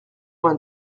vingt